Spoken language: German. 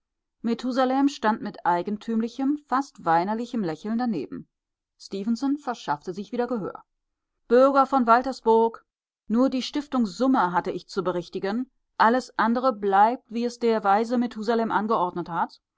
methusalem stand mit eigentümlichem fast weinerlichem lächeln daneben stefenson verschaffte sich wieder gehör bürger von waltersburg nur die stiftungssumme hatte ich zu berichtigen alles andere bleibt wie es der weise methusalem angeordnet hat